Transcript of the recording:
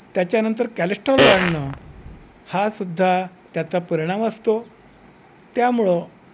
त्याच्यानंतर कॅलेस्ट्रॉल वाढणं हा सुद्धा त्याचा परिणाम असतो त्यामुळं